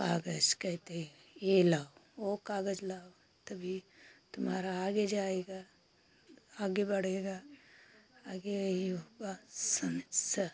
काग़ज़ कहते हैं यह लाओ वह काग़ज़ लाओ तभी तुम्हारा आगे जाएगा आगे बढ़ेगा आगे यही होगा सनसा